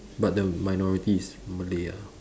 but the minority is malay ah